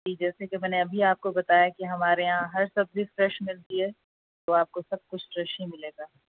جی جیسے کہ میں نے ابھی آپ کو بتایا کہ ہمارے یہاں ہر سبزی فریش ملتی ہے تو آپ کو سب کچھ فریش ہی ملے گا